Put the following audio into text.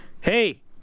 Hey